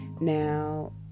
Now